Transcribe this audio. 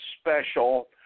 special